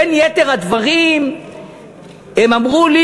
בין יתר הדברים הם אמרו לי,